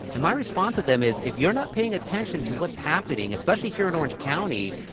and my response to them is, if you're not paying attention to what's happening, especially here in orange county,